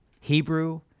Hebrew